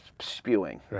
spewing